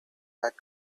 that